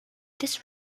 this